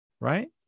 right